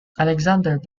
alexander